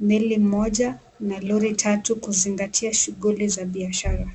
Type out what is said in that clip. meli moja na lori tatu kuzingatia shughuli za biashara.